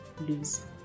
lose